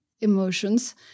emotions